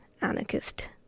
anarchist